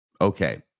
Okay